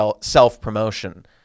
self-promotion